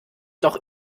doch